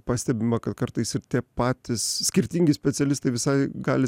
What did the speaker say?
pastebima kad kartais ir patys skirtingi specialistai visai gali